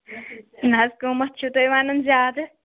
نہَ حظ قیمت چھُو تُہۍ وَنان زیادٕ